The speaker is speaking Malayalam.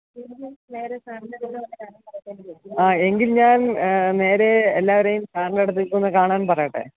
ആ എങ്കിൽ ഞാൻ നേരേ എല്ലാവരെയും സാറിൻ്റടുത്തേക്കൊന്ന് കാണാൻ പറയട്ടെ